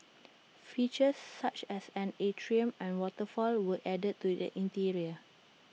features such as an atrium and waterfall were added to the interior